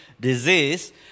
disease